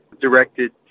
directed